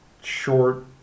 short